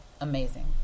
amazing